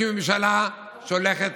שהיא ממשלה שהולכת